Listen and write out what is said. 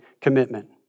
commitment